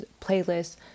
playlists